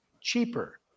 cheaper